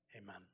Amen